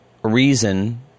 reason